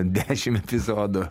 dešimt epizodų